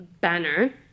banner